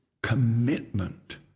Commitment